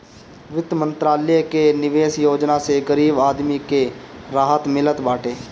वित्त मंत्रालय कअ निवेश योजना से गरीब आदमी के राहत मिलत बाटे